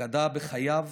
אגדה בחייו,